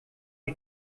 die